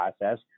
process